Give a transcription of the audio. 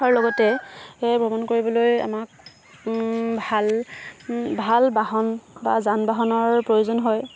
লগতে সেই ভ্ৰমণ কৰিবলৈ আমাক ভাল ভাল বাহন বা যান বাহনৰ প্ৰয়োজন হয়